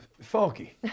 funky